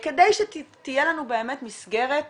כדי שתהיה לנו מסגרת